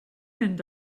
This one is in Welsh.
mynd